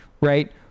right